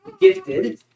gifted